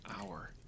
hour